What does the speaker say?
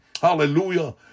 Hallelujah